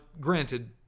granted